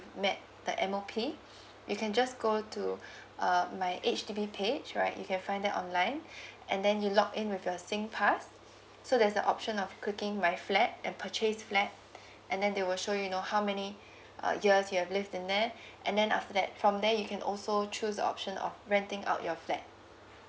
met the M_O_P you can just go to uh my H_D_B page right you can find that online and then you log in with your singpass so there's the option of booking my flat and purchase flat and then they will show you you know how many uh years you have lived in there and then after that from there you can also choose the option of renting out your flat